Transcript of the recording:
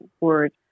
word